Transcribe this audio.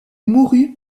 mourut